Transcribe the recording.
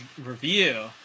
review